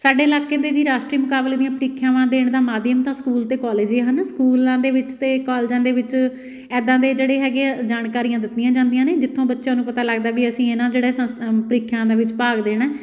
ਸਾਡੇ ਇਲਾਕੇ ਦੇ ਜੀ ਰਾਸ਼ਟਰੀ ਮੁਕਾਬਲੇ ਦੀਆਂ ਪ੍ਰੀਖਿਆਵਾਂ ਦੇਣ ਦਾ ਮਾਧਿਅਮ ਤਾਂ ਸਕੂਲ ਅਤੇ ਕੋਲਜ ਹੀ ਹਨ ਸਕੂਲਾਂ ਦੇ ਵਿੱਚ ਅਤੇ ਕੋਲਜਾਂ ਦੇ ਵਿੱਚ ਇੱਦਾਂ ਦੇ ਜਿਹੜੇ ਹੈਗੇ ਹੈ ਜਾਣਕਾਰੀਆਂ ਦਿੱਤੀਆਂ ਜਾਂਦੀਆਂ ਨੇ ਜਿੱਥੋਂ ਬੱਚਿਆਂ ਨੂੰ ਪਤਾ ਲੱਗਦਾ ਵੀ ਅਸੀਂ ਇਹ ਨਾ ਜਿਹੜੇ ਸੰਸ ਪ੍ਰੀਖਿਆ ਦੇ ਵਿੱਚ ਭਾਗ ਦੇਣਾ